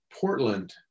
Portland